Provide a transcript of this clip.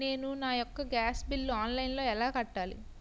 నేను నా యెక్క గ్యాస్ బిల్లు ఆన్లైన్లో ఎలా కట్టాలి?